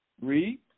Read